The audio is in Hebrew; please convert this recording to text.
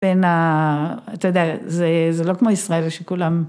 ‫בין ה... אתה יודע, ‫זה לא כמו ישראל שכולם...